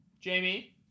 Jamie